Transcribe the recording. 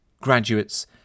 graduates